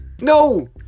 No